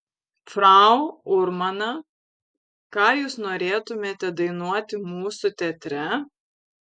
frau urmana ką jūs norėtumėte dainuoti mūsų teatre